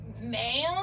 man